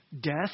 death